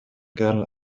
girl